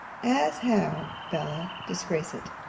as how, bella, disgrace it